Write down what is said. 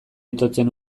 itotzen